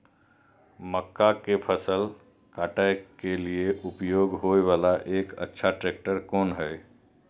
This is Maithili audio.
मक्का के फसल काटय के लिए उपयोग होय वाला एक अच्छा ट्रैक्टर कोन हय?